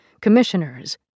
commissioners